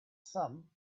some